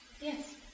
Yes